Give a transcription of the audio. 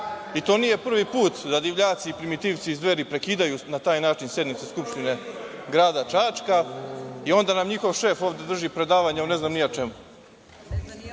I to nije prvi put da divljaci i primitivci iz Dveri prekidaju na taj način sednicu Skupštine grada Čačka, a onda nam njihov šef ovde drži predavanje, ne znam ni ja o